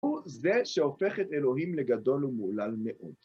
הוא זה שהופך את אלוהים לגדול ומהולל מאוד.